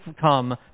come